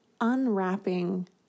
unwrapping